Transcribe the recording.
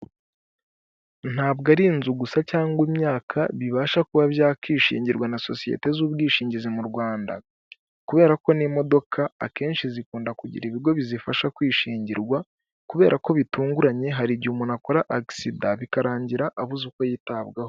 Ntabwo ari inzu gusa cyangwa imyaka bibasha kuba byakishingirwa na sosiyete z'ubwishingizi mu Rwanda kubera ko n'imodoka akenshi zikunda kugira ibigo bizifasha kwishingirwa kubera ko bitunguranye hari igihe umuntu akora agisida bikarangira abuze uko yitabwaho .